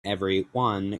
everyone